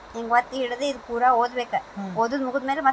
ಮೊಳಕೆ ಒಡೆಯುವಿಕೆಗೆ ಭಾಳ ಸಮಯ ತೊಗೊಳ್ಳೋ ಬೆಳೆ ಯಾವುದ್ರೇ?